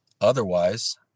Otherwise